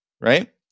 right